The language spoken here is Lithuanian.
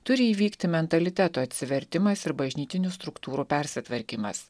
turi įvykti mentaliteto atsivertimas ir bažnytinių struktūrų persitvarkymas